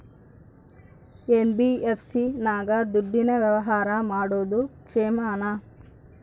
NBFC ನಾಗ ದುಡ್ಡಿನ ವ್ಯವಹಾರ ಮಾಡೋದು ಕ್ಷೇಮಾನ?